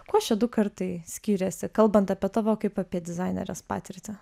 kuo šie du kartai skiriasi kalbant apie tavo kaip apie dizainerės patirtį